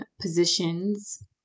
positions